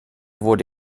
wurde